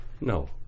No